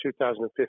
2015